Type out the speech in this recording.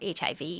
HIV